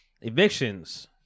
evictions